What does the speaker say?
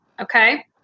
Okay